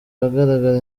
ahagaraga